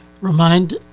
Remind